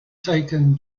taken